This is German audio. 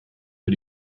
für